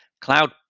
Cloud